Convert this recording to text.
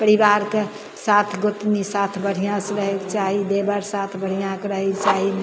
परिबारके साथ गोतनी साथ बढ़िआँ से रहैकऽ चाही देओर साथ बढ़िआँ से रहैकऽ चाही